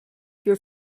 your